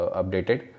updated